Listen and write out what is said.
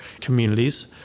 communities